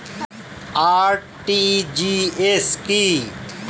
RTGS কি?